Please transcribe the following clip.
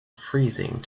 freezing